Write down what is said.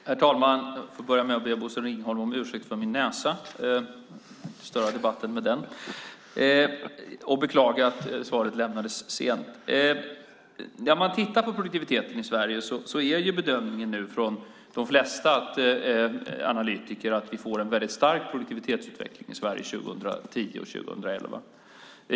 Herr talman! Jag får börja med att be Bosse Ringholm om ursäkt för min näsa och att jag stör debatten med den. Jag beklagar att svaret lämnades sent. När det gäller produktiviteten i Sverige är bedömningen från de flesta analytiker att vi får en väldigt stark produktivitetsutveckling i Sverige 2010 och 2011.